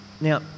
Now